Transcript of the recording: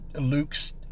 luke's